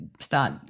start